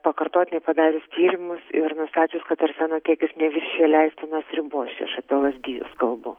pakartotinai padarius tyrimus ir nustačius kad arseno kiekis neviršija leistinos ribos apie lazdijus kalbu